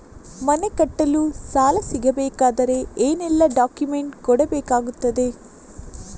ಮನೆ ಕಟ್ಟಲು ಸಾಲ ಸಿಗಬೇಕಾದರೆ ಏನೆಲ್ಲಾ ಡಾಕ್ಯುಮೆಂಟ್ಸ್ ಕೊಡಬೇಕಾಗುತ್ತದೆ?